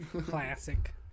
Classic